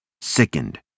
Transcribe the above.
Sickened